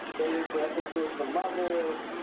very aggressive towards the mother